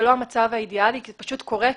זה לא המצב האידיאלי, אבל זה פשוט קורה.